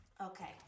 Okay